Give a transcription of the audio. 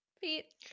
feet